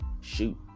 shoot